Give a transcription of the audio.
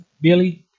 Billy